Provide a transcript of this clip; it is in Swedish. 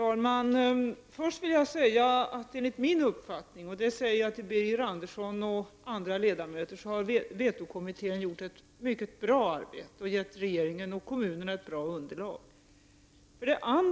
Herr talman! Först vill jag säga till Birger Andersson och andra ledamöter att vetokommittén enligt min uppfattning har gjort ett mycket bra arbete och gett regeringen och kommunerna ett bra underlag.